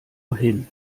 hin